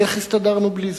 איך הסתדרנו בלי זה.